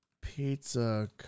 Pizza